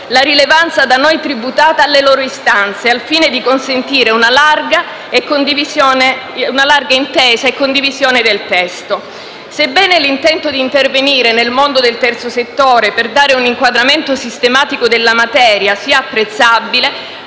la rilevanza da noi tributata alle loro istanze, al fine di consentire una larga intesa e condivisione del testo. Sebbene l'intento di intervenire nel mondo del terzo settore per dare un inquadramento sistematico della materia sia apprezzabile,